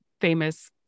famous